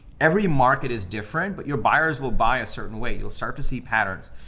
every market is different, but your buyers will buy a certain way. you'll start to see patterns.